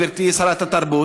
גברתי שרת התרבות,